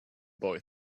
boy